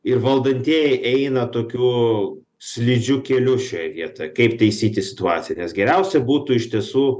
ir valdantieji eina tokiu slidžiu keliu šioj vietoje kaip taisyti situaciją nes geriausia būtų iš tiesų